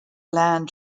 land